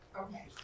Okay